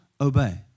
obey